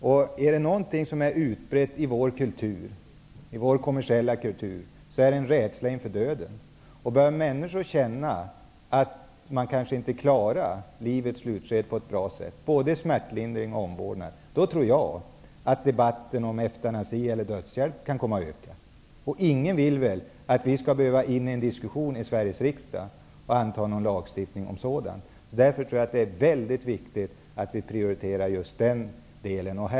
Om det är någonting som är utbrett i vår kommersiella kultur, är det rädslan inför döden. Om människor känner att de kanske inte kan klara av livets slutskede på ett bra sätt, både vad gäller smärtlindring och omvårdnad, tror jag att debatten om eutanasi, dödshjälp, kan komma att öka. Ingen vill väl att vi i Sveriges riksdag skall behöva ge oss in i en diskussion, och anta en lagstiftning, om sådant. Därför är det väldigt viktigt att just den delen prioriteras.